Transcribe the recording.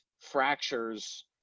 fractures